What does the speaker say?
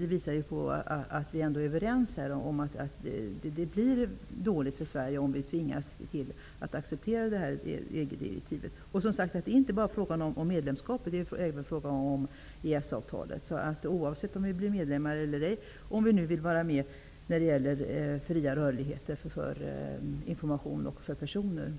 Det visar att vi är överens om att det blir dåligt för Sverige om vi tvingas acceptera detta EG-direktiv. Det är inte bara aktuellt vid medlemskap. Det gäller även i och med EES avtalet. Direktivet gäller oavsett om vi blir medlemmar eller ej, om vi nu vill vara med i den fria rörligheten för information och för personer.